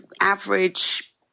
average